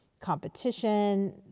competition